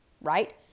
right